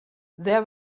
there